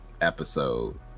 episode